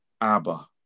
Abba